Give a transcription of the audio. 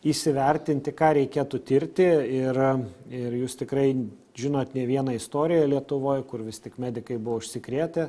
įsivertinti ką reikėtų tirti ir ir jūs tikrai žinot ne vieną istoriją lietuvoj kur vis tik medikai buvo užsikrėtę